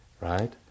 right